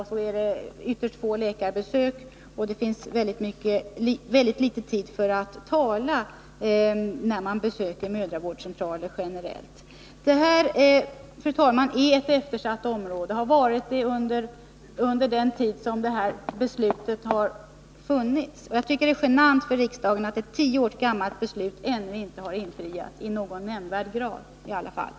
Läkarbesöken är ytterst få, och det finns väldigt liten tid till samtal när man besöker mödravårdscentralen. Detta är, fru talman, ett eftersatt område. Jag tycker att det är genant för riksdagen att ett tio år gammalt beslut ännu inte i någon nämnvärd grad har verkställts.